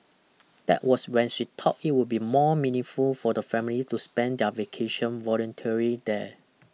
that was when she thought it would be more meaningful for the family to spend their vacation volunteering there